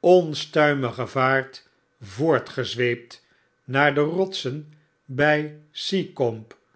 inonstuimige vaart voortgezweept naar de rotsen bg